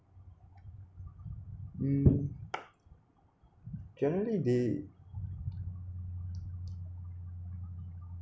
mm generally they